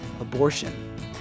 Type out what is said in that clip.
abortion